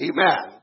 Amen